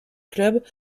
club